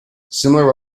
similar